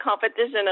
competition